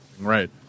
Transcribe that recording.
Right